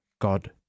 God